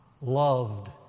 loved